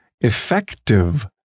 effective